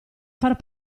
far